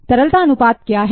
तरलता अनुपात क्या है